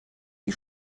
wie